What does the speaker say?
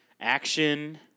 action